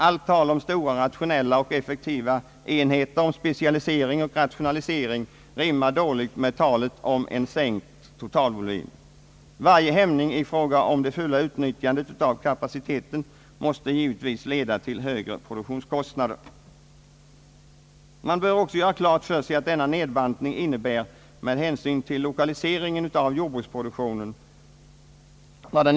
Alli tal om stora, rationella och effek tiva enheter samt om specialisering och rationalisering rimmar dåligt med talet om en sänkt totalvolym. Varje hämning i fråga om det fulla utnyttjandet av kapaciteten måste givetvis leda till högre produktionskostnader. Man bör också göra klart för sig vad denna nedbantning innebär med hänsyn till lokaliseringen av jordbruksproduktionen.